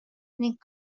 ning